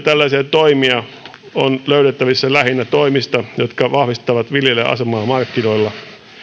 tällaisia toimia on löydettävissä lähinnä toimista jotka vahvistavat viljelijän asemaa markkinoilla